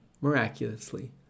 miraculously